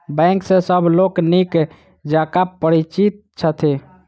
bank सॅ सभ लोक नीक जकाँ परिचित छथि